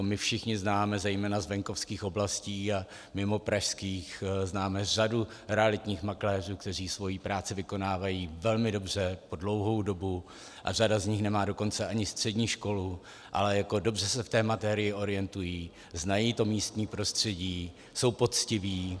My všichni známe, zejména z venkovských oblastí a mimopražských známe řadu realitních makléřů, kteří svoji práci vykonávají velmi dobře, po dlouhou dobu, a řada z nich nemá dokonce ani střední školu, ale dobře se v té materii orientují, znají to místní prostředí, jsou poctiví.